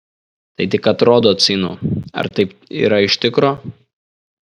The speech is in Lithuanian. tai tik atrodo atsainu ar taip yra iš tikro